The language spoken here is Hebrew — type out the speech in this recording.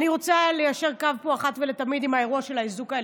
אני רוצה ליישר קו פה אחת ולתמיד עם האירוע של האיזוק האלקטרוני.